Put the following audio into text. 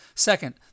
Second